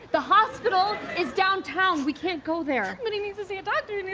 the hospital is downtown, we can't go there. but he needs to see a doctor,